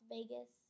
Vegas